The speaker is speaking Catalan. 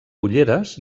ulleres